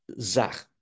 zach